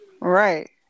Right